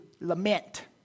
lament